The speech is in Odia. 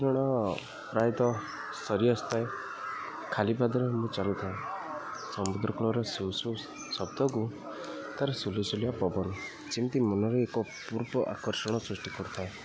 କିରଣ ପ୍ରାୟତଃ ସରି ଆସିଥାଏ ଖାଲି ପାଦରେ ମୁଁ ଚାଲିଥାଏ ସମୁଦ୍ରକୂଳର ସୁ ସୁ ଶବ୍ଦକୁ ତା'ର ସୁଲୁ ସୂଲିଆ ପବନ ଯେମିତି ମନରେ ଏକ ଅପୂର୍ବ ଆକର୍ଷଣ ସୃଷ୍ଟି କରିଥାଏ